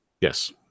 Yes